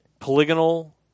polygonal